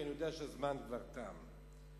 כי אני יודע שהזמן כבר תם.